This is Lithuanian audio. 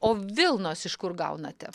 o vilnos iš kur gaunate